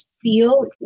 feel